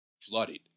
Flooded